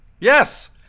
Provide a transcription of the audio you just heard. yes